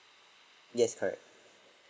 yes correct